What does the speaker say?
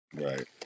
Right